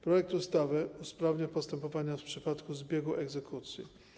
Projekt ustawy usprawnia postępowanie w przypadku zbiegu egzekucji.